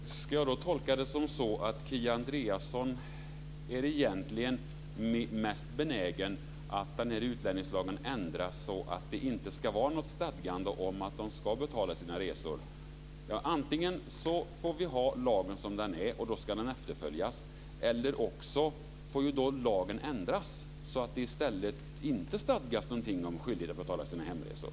Fru talman! Ska jag tolka det som att Kia Andreasson egentligen är mest benägen att vilja ändra utlänningslagen så att det inte ska vara något stadgande om att man ska betala sina resor? Antingen får vi ha lagen som den är, och då ska den efterföljas, eller också får lagen ändras så att det i stället inte stadgas någonting om skyldighet att betala sina hemresor.